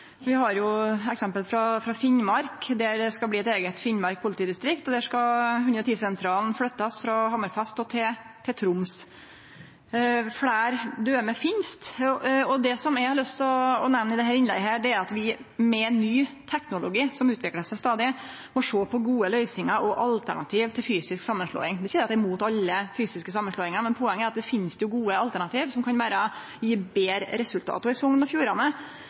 Vi har døme frå Finnmark, der det skal bli eit eige Finnmark politidistrikt, og der skal 110-sentralen flyttast frå Hammerfest til Troms, og fleire døme finst. Det som eg har lyst til å nemne i dette innlegget, er at vi med ny teknologi som stadig utviklar seg, må sjå på gode løysingar og alternativ til fysisk samanslåing. Det er ikkje det at eg er imot alle fysiske samanslåingar, men poenget er at det finst gode alternativ som kan gje betre resultat. I Sogn og Fjordane